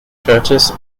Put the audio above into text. curtis